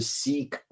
seek